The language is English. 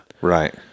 Right